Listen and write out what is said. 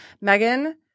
Megan